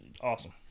awesome